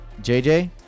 JJ